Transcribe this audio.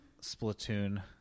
Splatoon